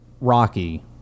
Rocky